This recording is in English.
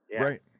Right